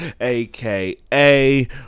aka